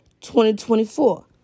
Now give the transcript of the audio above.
2024